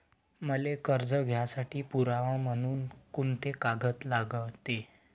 मले कर्ज घ्यासाठी पुरावा म्हनून कुंते कागद लागते?